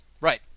Right